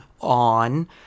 on